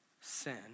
sin